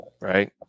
right